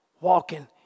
Walking